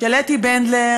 של אתי בנדלר,